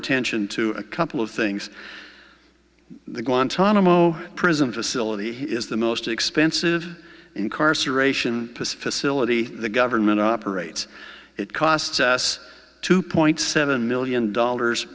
attention to a couple of things the guantanamo prison facility is the most expensive incarceration pacific's syllabi the government operates it costs us two point seven million dollars